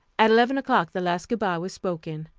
at eleven o'clock the last good-by was spoken,